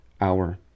hour